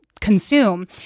consume